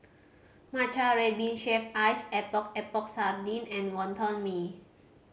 matcha red bean shaved ice Epok Epok Sardin and Wonton Mee